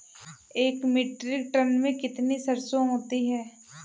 एक metric ton में कितनी सरसों होती है?